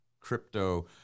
crypto